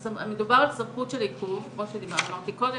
מדובר על סמכות של עיכוב כמו שדיברתי קודם,